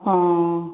অঁ